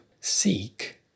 Seek